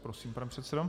Prosím, pane předsedo.